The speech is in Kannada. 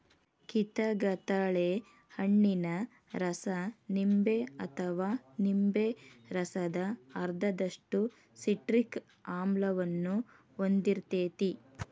ಕಿತಗತಳೆ ಹಣ್ಣಿನ ರಸ ನಿಂಬೆ ಅಥವಾ ನಿಂಬೆ ರಸದ ಅರ್ಧದಷ್ಟು ಸಿಟ್ರಿಕ್ ಆಮ್ಲವನ್ನ ಹೊಂದಿರ್ತೇತಿ